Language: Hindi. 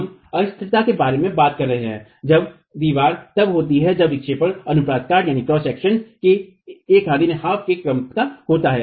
हम अस्थिरता के बारे में बात कर रहे हैं जब दीवार तब होती है जब विक्षेपण अनुप्रस्थ काट के एक आधे के क्रम का होता है